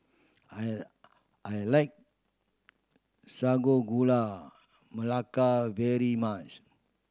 I I like Sago Gula Melaka very much